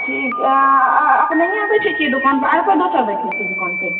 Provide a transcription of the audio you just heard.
ठीक अपनहिए अबै छियै की दोकान पर आरो कोई दोसर बैठे छै दोकान पे